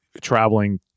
traveling